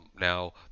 Now